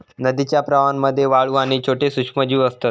नदीच्या प्रवाहामध्ये वाळू आणि छोटे सूक्ष्मजीव असतत